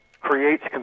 creates